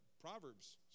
Proverbs